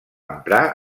emprar